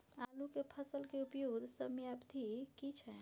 आलू के फसल के उपयुक्त समयावधि की छै?